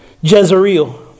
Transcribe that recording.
Jezreel